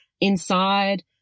inside